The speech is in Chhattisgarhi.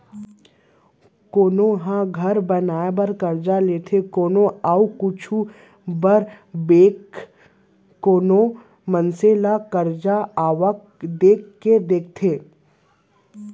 कोनो ह घर बनाए बर करजा लेथे कोनो अउ कुछु बर बेंक कोनो मनसे ल करजा आवक देख के देथे